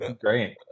great